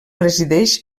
resideix